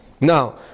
Now